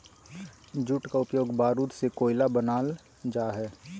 jute का उपयोग बारूद से कोयला बनाल जा हइ